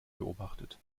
beobachtet